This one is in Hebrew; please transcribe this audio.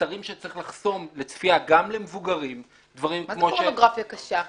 אתרים שצריך לחסום לצפייה גם למבוגרים --- מה זה פורנוגרפיה קשה?